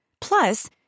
Plus